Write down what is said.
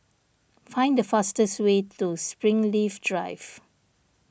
find the fastest way to Springleaf Drive